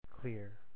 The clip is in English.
clear